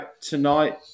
tonight